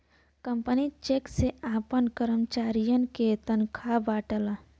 company cheque से आपन करमचारियन के तनखा बांटला